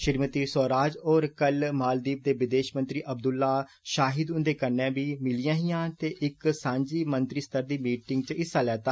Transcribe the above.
श्रीमति स्वराज होर कल मालदीप दे विदेषमंत्री अब्दुल्ला षाहिद हुन्दे कन्नै बी मलाटी कीती ही ते इक सांझी मंत्री स्तर दी मीटिंग च हिस्सा लैता